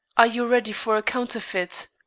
are you ready for a counterfeit?